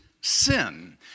sin